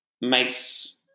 makes